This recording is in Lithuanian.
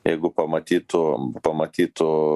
jeigu pamatytų pamatytų